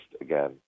again